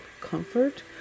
comfort